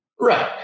Right